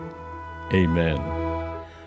Amen